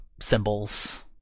symbols